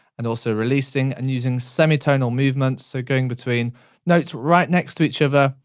and also releasing and using semitonal movements, so going between notes right next to each other,